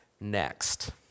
next